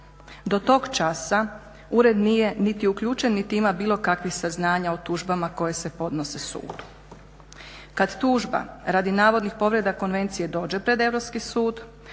Do tog časa ured nije niti uključen niti ima bilo kakvih saznanja o tužbama koje se podnose sudu. Kad tužba radi navodnih povreda konvencije dođe pred Europski sud,